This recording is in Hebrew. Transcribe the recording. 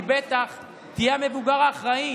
היא בטח תהיה המבוגר האחראי,